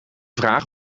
vraag